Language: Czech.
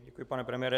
Děkuji, pane premiére.